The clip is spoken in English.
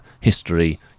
History